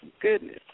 goodness